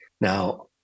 Now